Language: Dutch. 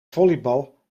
volleybal